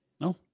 No